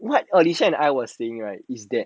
what alysha and I was staying right is that